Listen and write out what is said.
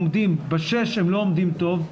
ב-6 הם לא עומדים טוב,